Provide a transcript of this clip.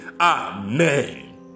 Amen